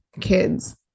kids